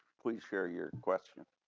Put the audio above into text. please share your question.